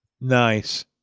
Nice